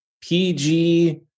PG